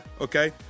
okay